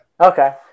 Okay